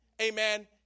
amen